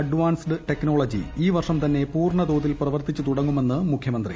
advanced technology ഈ വർഷം തന്നെ പൂർണ്ണതോതിൽ പ്രവർത്തിച്ചു തുടങ്ങുമെന്ന് മുഖൃമന്ത്രി